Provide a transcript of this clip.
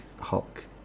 hulk